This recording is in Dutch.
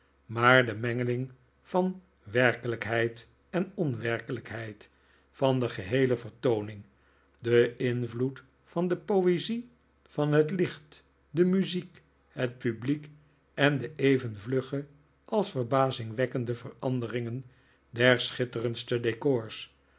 maar de mengeling van werkelijkheid en onwerkelijkheid van de geheele vertooning de invloed van de poezie van het licht de muziek het publiek en d even vlugge als verbazingwekkende veranderingen der schitterendste decors